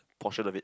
portion a bit